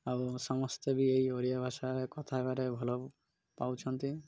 ଆଉ ସମସ୍ତେ ବି ଏଇ ଓଡ଼ିଆ ଭାଷାରେ କଥା ହେବାରେ ଭଲ ପାଉଛନ୍ତି